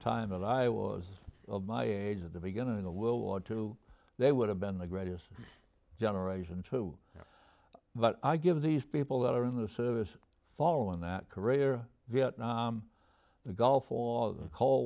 time and i was of my age at the beginning of world war two they would have been the greatest generation too but i give these people that are in the service following that career vietnam the gulf war the cold